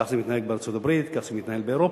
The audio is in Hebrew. כך זה מתנהל בארצות-הברית, כך זה מתנהל באירופה.